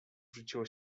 rzuciło